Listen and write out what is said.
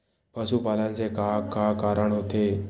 पशुपालन से का का कारण होथे?